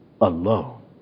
Alone